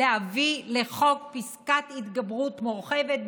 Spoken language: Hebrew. להביא לחוק פסקת התגברות מורחבת,